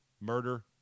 Murder